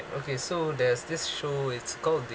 okay so there is this show it's called th~